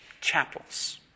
chapels